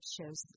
shows